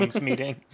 meeting